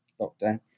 lockdown